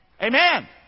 Amen